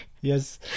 yes